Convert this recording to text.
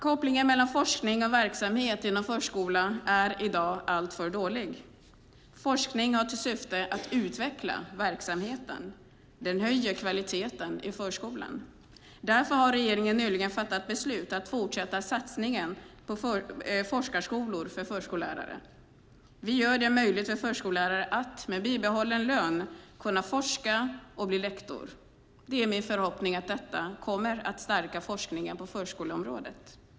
Kopplingen mellan forskning och verksamhet inom förskolan är i dag alltför dålig. Forskning har till syfte att utveckla verksamheten. Den höjer kvaliteten i förskolan. Därför har regeringen nyligen fattat beslut om att fortsätta satsningen på forskarskolor för förskollärare. Vi gör det möjligt för förskollärare att med bibehållen lön forska och bli lektor. Det är min förhoppning att detta kommer att stärka forskningen på förskoleområdet.